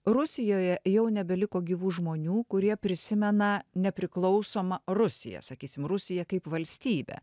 rusijoje jau nebeliko gyvų žmonių kurie prisimena nepriklausoma rusija sakysim rusiją kaip valstybę